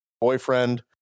boyfriend